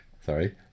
sorry